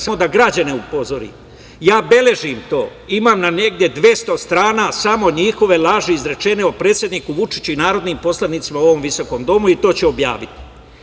Samo da građane upozorim, ja beležim to, imam na negde 200 strana samo njihove laži izrečene o predsedniku Vučiću i narodnim poslanicima u ovom visokom domu i to ću objaviti.